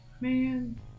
Man